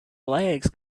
legs